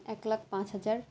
এক লাখ পাঁচ হাজার